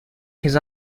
his